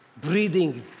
Breathing